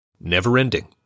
never-ending